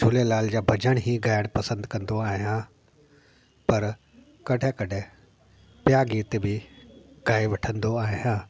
झूलेलाल जा भॼण ई ॻाइणु पसंदि कंदो आहियां पर कॾहिं कॾहिं ॿिया गीत बि गाए वठंदो आहियां